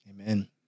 amen